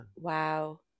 Wow